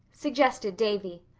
suggested davy.